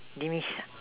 demise